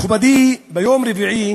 מכובדי, ביום רביעי,